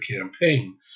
campaign